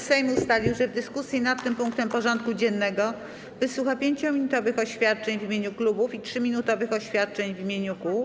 Sejm ustalił, że w dyskusji nad tym punktem porządku dziennego wysłucha 5-minutowych oświadczeń w imieniu klubów i 3-minutowych oświadczeń w imieniu kół.